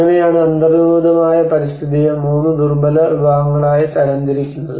അങ്ങനെയാണ് അന്തർനിർമ്മിതമായ പരിസ്ഥിതിയെ 3 ദുർബല വിഭാഗങ്ങളായി തരംതിരിക്കുന്നത്